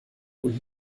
und